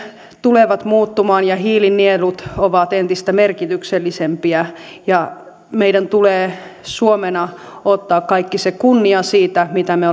tulevat muuttumaan ja hiilinielut ovat entistä merkityksellisempiä meidän tulee suomena ottaa kaikki se kunnia siitä mitä me